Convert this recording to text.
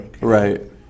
right